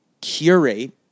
curate